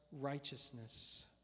righteousness